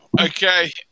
Okay